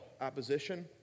opposition